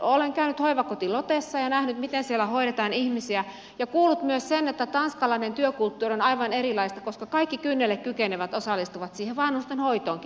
olen käynyt hoivakoti lotessa ja nähnyt miten siellä hoidetaan ihmisiä ja kuullut myös sen että tanskalainen työkulttuuri on aivan erilaista koska kaikki kynnelle kykenevät osallistuvat siihen vanhustenhoitoonkin